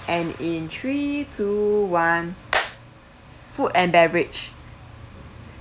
and in three two one food and beverage